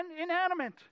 inanimate